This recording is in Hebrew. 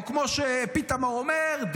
כמו שפיתמר אומר,